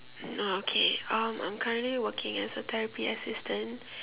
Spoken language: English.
oh okay uh I'm currently working as a therapy assistant